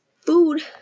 food